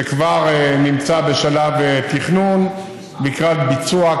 הוא כבר נמצא בשלב תכנון לקראת ביצוע,